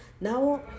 now